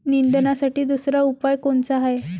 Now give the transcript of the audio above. निंदनासाठी दुसरा उपाव कोनचा हाये?